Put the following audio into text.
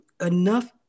enough